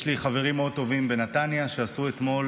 יש לי חברים מאוד טובים בנתניה שעשו אתמול,